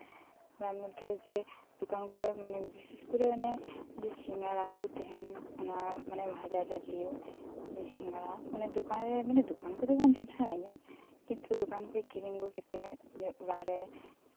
ᱚᱱᱟ ᱢᱚᱫᱽᱫᱷᱮ ᱨᱮ ᱡᱚᱠᱟᱱ ᱠᱚᱨᱮ ᱵᱤᱥᱮᱥ ᱠᱚᱨᱮ ᱚᱱᱮ ᱥᱤᱸᱜᱲᱟ ᱠᱚ ᱛᱟᱦᱮᱸᱱ ᱚᱱᱟ ᱢᱟᱱᱮ ᱵᱷᱟᱡᱟ ᱡᱟᱛᱤᱭᱚ ᱡᱮ ᱥᱤᱸᱜᱟᱲᱟ ᱢᱟᱱᱮ ᱫᱚᱠᱟᱱ ᱠᱚᱨᱮ ᱫᱚ ᱵᱟᱝ ᱡᱚᱢ ᱥᱟᱱᱟᱭᱤᱧᱟ ᱠᱤᱱᱛᱩ ᱫᱚᱠᱟᱱ ᱠᱷᱚᱡ ᱠᱤᱨᱤᱧ ᱟᱹᱜᱩ ᱠᱟᱛᱮ ᱚᱲᱟᱜ ᱨᱮ